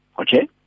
Okay